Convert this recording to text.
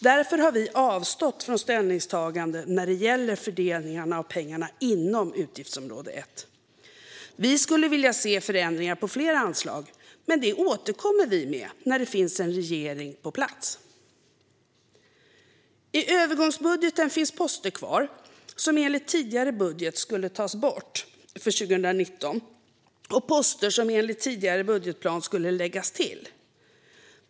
Därför har vi avstått från ställningstagande när det gäller fördelningen av pengarna inom utgiftsområde 1. Vi skulle vilja se förändringar på flera anslag, men det återkommer vi med när det finns en regering på plats. I övergångsbudgeten finns poster kvar som enligt tidigare budget skulle tas bort för 2019 och poster som enligt tidigare budgetplan skulle läggas till.